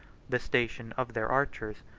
the station of their archers,